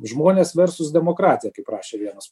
žmonės versus demokratija kaip rašė vienas